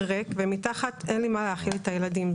ריק ומתחת "אין לי מה להאכיל את הילדים".